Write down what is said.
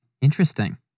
interesting